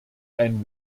ein